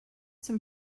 some